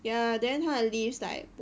ya then 他的 leaves like